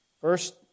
First